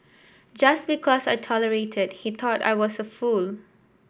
just because I tolerated he thought I was a fool